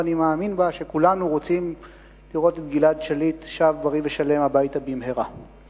ואני מאמין שכולנו רוצים לראות את גלעד שליט שב בריא ושלם הביתה במהרה.